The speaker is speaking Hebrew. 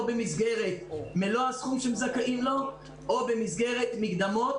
במסגרת מלוא הסכום שהם זכאים לו או במסגרת מקדמות.